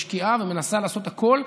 משקיעה ומנסה לעשות הכול.